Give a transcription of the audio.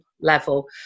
level